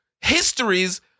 histories